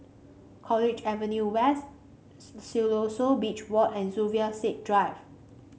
College Avenue West Siloso Beach Walk and Zubir Said Drive